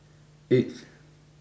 eighth